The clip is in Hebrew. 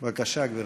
בבקשה, גברתי.